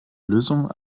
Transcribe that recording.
lösung